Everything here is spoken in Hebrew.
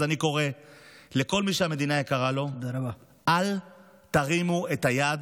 אז אני קורא לכל מי שהמדינה יקרה לו: אל תרימו את היד